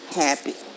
happy